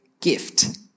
gift